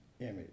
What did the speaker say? image